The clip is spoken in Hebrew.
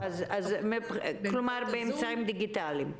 כלומר, באמצעים דיגיטליים.